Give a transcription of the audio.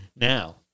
Now